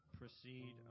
proceed